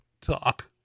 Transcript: talk